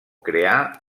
creà